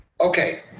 Okay